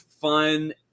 fun